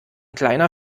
kleiner